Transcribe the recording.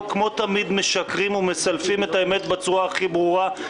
כמו תמיד משקרים ומסלפים את האמת בצורה הכי ברורה,